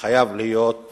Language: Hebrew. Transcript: חייב להיות